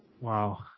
wow